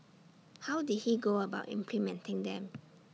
how did he go about implementing them